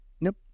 Nope